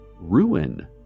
ruin